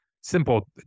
simple